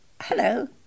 hello